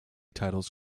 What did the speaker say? titles